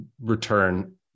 return